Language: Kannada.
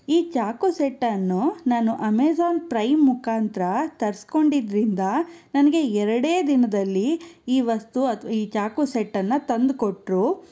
ಈ ಚಾಕು ಸೆಟ್ಟನ್ನು ನಾನು ಅಮೆಜಾನ್ ಪ್ರೈಮ್ ಮುಖಾಂತರ ತರ್ಸ್ಕೊಂಡಿದ್ರಿಂದ ನನಗೆ ಎರಡೇ ದಿನದಲ್ಲಿ ಈ ವಸ್ತು ಅಥವಾ ಈ ಚಾಕು ಸೆಟ್ಟನ್ನು ತಂದುಕೊಟ್ರು